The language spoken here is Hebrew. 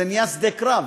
זה נהיה שדה קרב,